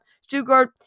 Stuttgart